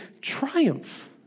triumph